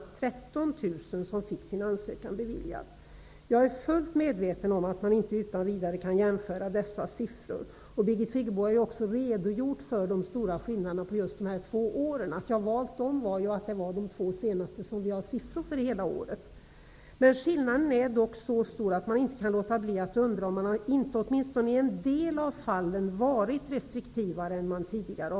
13 000 fick sin ansökan beviljad. Jag är fullt medveten om att man utan vidare inte kan jämföra dessa siffror. Birgit Friggebo har också redogjort för de stora skillnaderna på just dessa två år. Anledningen till att jag valt dessa år är att det är de två senaste år vi har siffror för hela året. Skillnaderna är dock så stora, att man inte kan låta bli att undra om man inte, åtminstone i en del fall, varit restriktivare än tidigare.